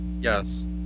yes